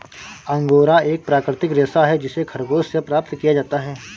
angora एक प्राकृतिक रेशा है जिसे खरगोश से प्राप्त किया जाता है